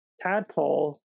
tadpole